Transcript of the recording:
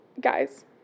guys